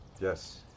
Yes